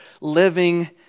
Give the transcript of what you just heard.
living